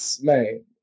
Man